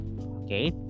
Okay